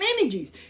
energies